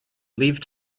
leave